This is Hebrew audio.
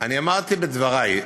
אני אמרתי בדברי,